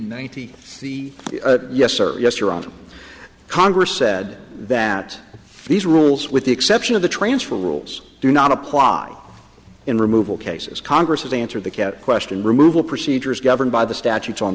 eight the yes sir yes your honor congress said that these rules with the exception of the transfer rules do not apply in removal cases congress has answered the cat question removal procedure is governed by the statutes on